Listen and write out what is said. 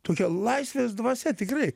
tokia laisvės dvasia tikrai